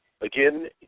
Again